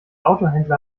autohändler